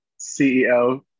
CEO